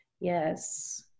Yes